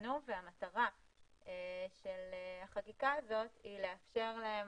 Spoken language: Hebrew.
יינתנו והמטרה של החקיקה הזאת היא לאפשר להם